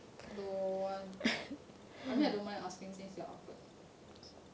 don't want I mean I don't mind asking since you are awkward